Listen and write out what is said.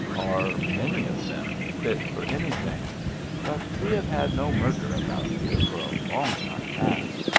are, many of them, fit for any thing but we have had no murder about here for a long time past.